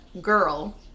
girl